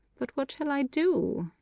but what shall i do?